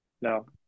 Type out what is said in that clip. No